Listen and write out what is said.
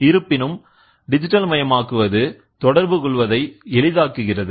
இருப்பினும் டிஜிட்டல் மயமாக்குவது தொடர்புகொள்வதை எளிதாக்குகிறது